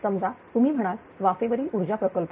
समजा तुम्ही म्हणाल वाफेवरील ऊर्जा प्रकल्प